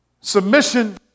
submission